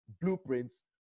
blueprints